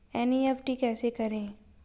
NEFT कैसे करें?